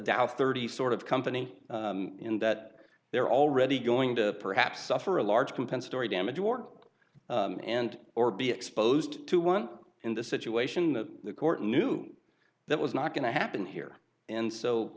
dow thirty sort of company in that they're already going to perhaps suffer a large compensatory damages work and or be exposed to one in the situation that the court knew that was not going to happen here and